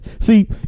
see